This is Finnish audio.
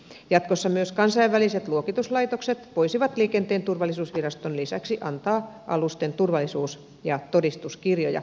jatkossa myös kansainväliset luokituslaitokset voisivat liikenteen turvallisuusviraston lisäksi antaa alusten turvallisuus ja todistuskirjoja